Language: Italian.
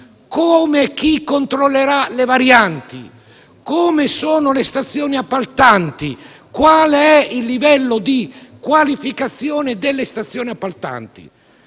Come e chi controllerà le varianti? Come sono le stazioni appaltanti? Qual è il livello di qualificazione delle stazioni appaltanti?